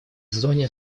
зоне